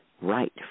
right